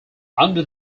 under